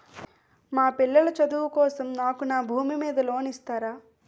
మా పిల్లల చదువు కోసం నాకు నా భూమి మీద లోన్ ఇస్తారా?